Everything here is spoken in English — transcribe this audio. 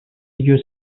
your